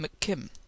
McKim